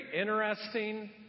interesting